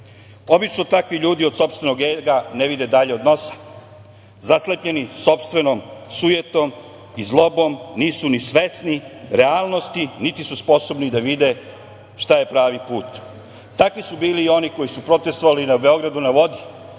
Obično takvi ljudi od sopstvenog ega ne vide dalje od nosa. Zaslepljeni sopstvenom sujetom i zlobom nisu ni svesni realnosti niti su sposobni da vide šta je pravi put. Takvi su bili i oni koji su protestvovali i na „Beogradu na vodi“,